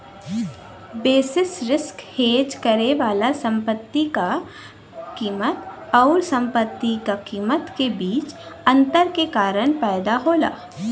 basis risk hedge करे वाला संपत्ति क कीमत आउर संपत्ति क कीमत के बीच अंतर के कारण पैदा होला